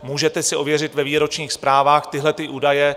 Můžete si ověřit ve výročních zprávách tyhlety údaje.